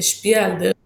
השפיע על דרך לימודו,